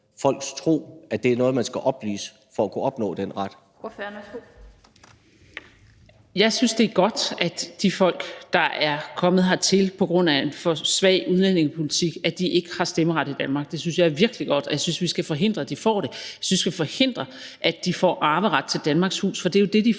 Lind): Ordføreren, værsgo. Kl. 20:44 Marie Krarup (DF): Jeg synes, det er godt, at de folk, der er kommet hertil på grund af en for svag udlændingepolitik, ikke har stemmeret i Danmark. Det synes jeg er virkelig godt, og jeg synes, at vi skal forhindre, at de får det. Jeg synes, at vi skal forhindre, at de får arveret til Danmarks hus, for det er jo det, de får,